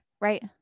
right